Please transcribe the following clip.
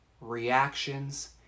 reactions